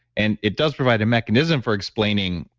and it does provide a mechanism for explaining,